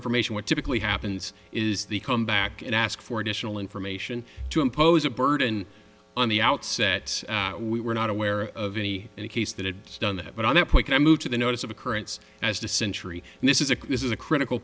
information what typically happens is they come back and ask for additional information to impose a burden on the outset we were not aware of any case that had done that but on that point i moved to the notice of occurrence as the century and this is a could this is a critical